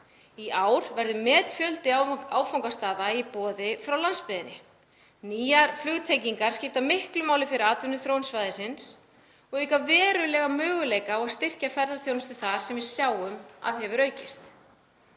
Í ár verður metfjöldi áfangastaða í boði frá landsbyggðinni. Nýjar flugtengingar skipta miklu máli fyrir atvinnuþróun svæðisins og auka verulega möguleika á að styrkja ferðaþjónustu þar sem við sjáum að hún hefur aukist.